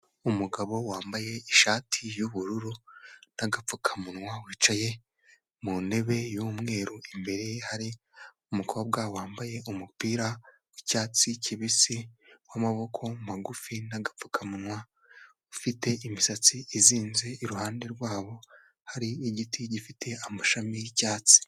Umugabo wambaye ishati y'ubururu n'agapfukamunwa wicaye mu ntebe y'umweru imbere hari umukobwa wambaye umupira wicyatsi kibisi w'amaboko magufi n'agapfukamunwa ufite imisatsi izinze iruhande rwabo hari igiti gifite amashami y'icyatsi.